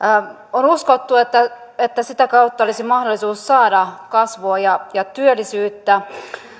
on uskottu että että sitä kautta olisi mahdollisuus saada kasvua ja ja työllisyyttä